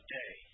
day